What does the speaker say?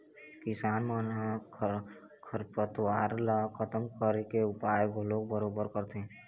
किसान मन ह खरपतवार ल खतम करे के उपाय घलोक बरोबर करथे